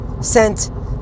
sent